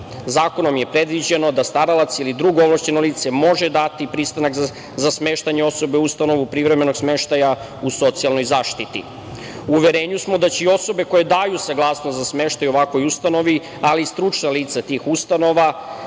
Zakonom je predviđeno da staralac, ili drugo ovlašćeno lice može dati pristanak za smeštanje osobe u ustanovu privremenog smeštaja u socijalnoj zaštiti. U uverenju smo da će i osobe koje daju saglasnost za smeštaj u ovakvoj ustanovi, ali i stručna lica tih ustanova